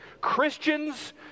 Christians